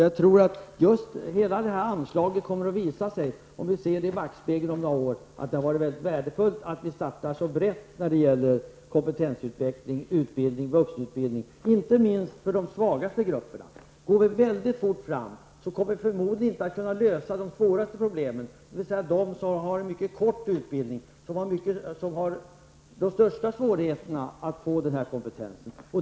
Jag tror att det kommer att visa sig, när vi ser det i backspegeln om några år, att det har varit värdefullt att vi startar så brett när det gäller kompetensutveckling och vuxenutbildning, inte minst för de svagaste grupperna. Går vi väldigt fort fram, kommer vi förmodligen inte att kunna lösa de svåraste problemen, dvs. för dem som har mycket kort utbildning och som har de största svårigheterna att få den önskvärda kompetensen.